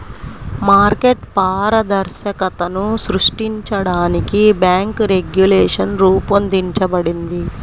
market పారదర్శకతను సృష్టించడానికి bank regulation రూపొందించబడింది